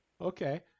Okay